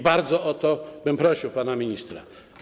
Bardzo o to bym prosił pana ministra.